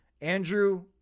andrew